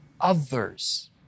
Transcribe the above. others